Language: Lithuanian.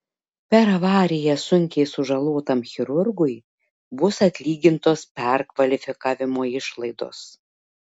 per avariją sunkiai sužalotam chirurgui bus atlygintos perkvalifikavimo išlaidos